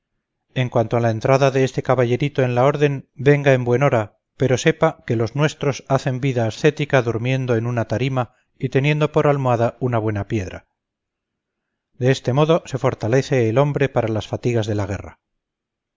en cuanto a la entrada de este caballerito en la orden venga en buen hora pero sepa que los nuestros hacen vida ascética durmiendo en una tarima y teniendo por almohada una buena piedra de este modo se fortalece el hombre para las fatigas de la guerra